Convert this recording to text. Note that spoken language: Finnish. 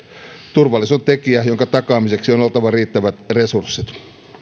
on tekijä jonka takaamiseksi on oltava riittävät resurssit